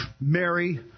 Mary